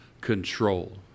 control